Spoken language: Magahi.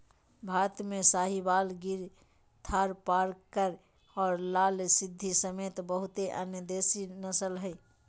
भारत में साहीवाल, गिर थारपारकर और लाल सिंधी समेत बहुते अन्य देसी नस्ल हइ